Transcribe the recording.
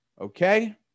Okay